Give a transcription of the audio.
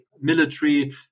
military